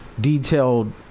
detailed